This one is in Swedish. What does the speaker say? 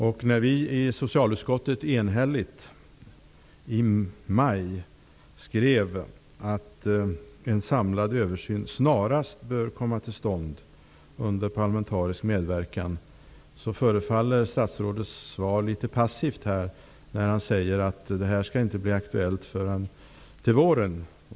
Vi skrev i socialutskottet i maj enhälligt att en samlad översyn snarast bör komma till stånd under parlamentarisk medverkan, och det gör att statsrådets svar förefaller litet passivt. Han säger att ett förslag inte skall bli aktuellt förrän till våren.